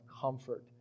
comfort